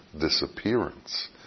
disappearance